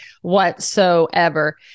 whatsoever